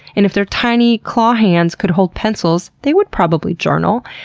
and if their tiny claw hands could hold pencils, they would probably journal.